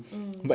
mm